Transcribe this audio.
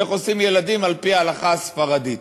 איך עושים ילדים על-פי ההלכה הספרדית.